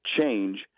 change